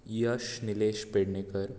Yash Nilesh Pednekar